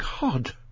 god